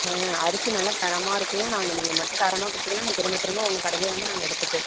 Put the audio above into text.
அரிசி நல்லா தரமாக இருக்கணும் நாங்கள் நீங்கள் மட்டும் தரமாக கொடுத்தீங்கன்னா நான் திரும்ப திரும்ப உங்கள் கடையில் வந்து நாங்கள் எடுத்துப்போம்